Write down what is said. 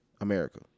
America